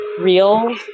real